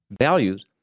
values